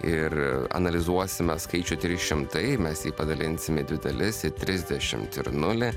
ir analizuosime skaičių trys šimtai mes jį padalinsim į dvi dalis į trisdešimt ir nulį